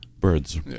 Birds